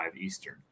Eastern